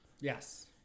Yes